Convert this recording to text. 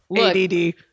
ADD